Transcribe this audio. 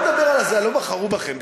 בוא נדבר על ה"לא בחרו בכם".